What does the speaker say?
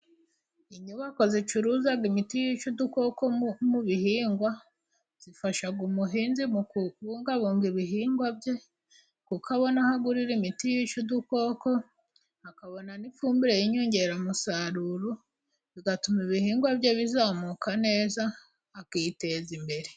Inyubako zicuruza imiti yica udukoko mu bihingwa, zifasha umuhinzi mu kubungabunga ibihingwa bye, kuko abona ahagurira imiti yica udukoko, akabona n'ifumbire y'inyongeramusaruro, bigatuma ibihingwa bye bizamuka neza, akiteza imbere.